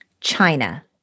China